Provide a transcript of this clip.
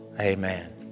Amen